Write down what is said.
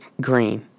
Green